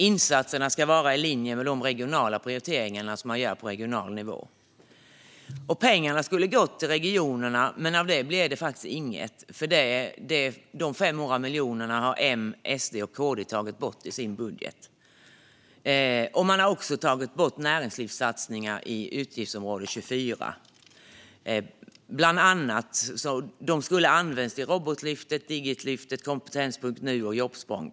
Insatserna skulle vara i linje med de prioriteringar man gör på regional nivå. Pengarna skulle ha gått till regionerna, men av detta blir det inget. De 500 miljonerna har nämligen M, SD och KD tagit bort i sin budget. Man har också tagit bort näringslivssatsningar inom utgiftsområde 24. De skulle bland annat ha avsett Robotlyftet, Digitaliseringslyftet, kompetens.nu och Jobbsprånget.